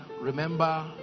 remember